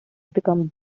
became